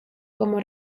como